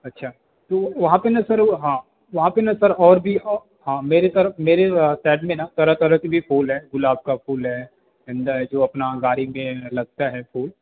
अच्छा तो वहाँ पर ना सर हाँ वहाँ पर ना सर और भी हाँ मेरी तरफ़ मेरी में ना तरह तरह के भी फूल हैं गुलाब का फूल है गेंदा है जो अपना गाड़ी में लगता है फूल